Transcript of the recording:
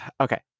okay